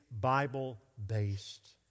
Bible-based